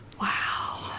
Wow